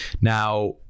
now